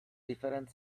different